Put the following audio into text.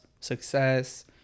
success